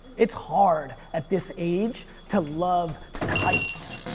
it's hard at this age to love kites,